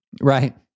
Right